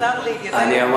אתה כבר לא שר הדתות.